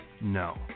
No